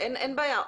אין בעיה.